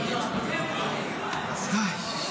ירון לוי (יש